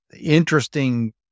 interesting